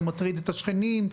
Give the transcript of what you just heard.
זה מטריד את השכנים,